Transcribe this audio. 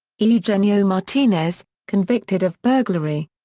eugenio martinez, convicted of burglary.